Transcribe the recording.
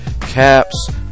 caps